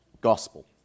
gospel